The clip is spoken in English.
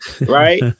right